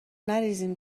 نریزیم